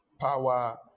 power